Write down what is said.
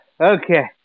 Okay